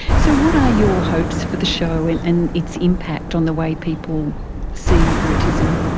so what are your hopes for the show and and its impact on the way people see autism?